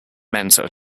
mentor